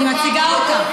אני מציגה אותה.